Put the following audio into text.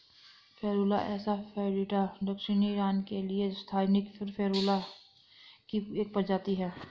Ferula asafoetida दक्षिणी Iran के लिए स्थानिक फेरुला की एक प्रजाति है